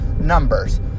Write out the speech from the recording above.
numbers